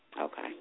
Okay